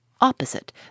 opposite